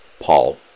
Paul